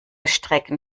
strecken